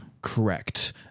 Correct